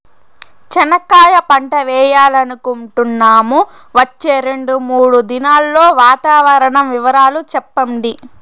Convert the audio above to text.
చెనక్కాయ పంట వేయాలనుకుంటున్నాము, వచ్చే రెండు, మూడు దినాల్లో వాతావరణం వివరాలు చెప్పండి?